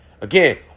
Again